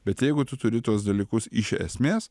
bet jeigu tu turi tuos dalykus iš esmės